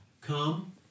Come